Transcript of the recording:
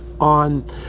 on